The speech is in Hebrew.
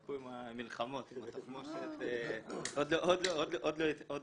חכו עם המלחמות, עם התחמושת, עוד לא התחלנו.